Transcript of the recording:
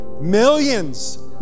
millions